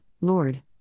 Lord